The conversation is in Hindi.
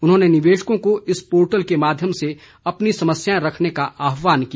उन्होंने निवेशकों को इस पोर्टल के माध्यम से अपनी समस्याएं रखने का आहवान किया